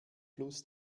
fluss